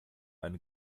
einen